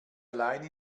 allein